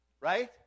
right